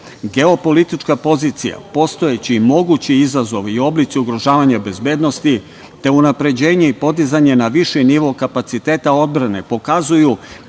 Geopolitička pozicija, postojeći mogući izazovi i oblici ugrožavanja bezbednosti, te unapređenje i podizanje na viši nivo kapaciteta odbrane pokazuju da je realan